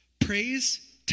Praise